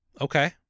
okay